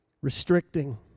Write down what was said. restricting